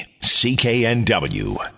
CKNW